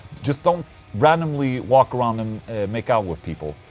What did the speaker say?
just don't randomly walk around and make out with people,